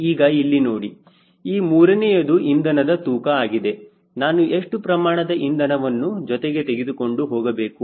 ಈಗ ಇಲ್ಲಿ ನೋಡಿ ಈ ಮೂರನೆಯದು ಇಂಧನದ ತೂಕ ಆಗಿದೆ ನಾನು ಎಷ್ಟು ಪ್ರಮಾಣದ ಇಂಧನವನ್ನು ಜೊತೆಗೆ ತೆಗೆದುಕೊಂಡು ಹೋಗಬೇಕು